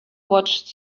watched